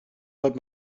but